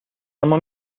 اما